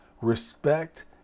respect